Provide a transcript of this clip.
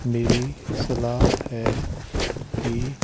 ਮੇਰੀ ਸਲਾਹ ਹੈ ਕਿ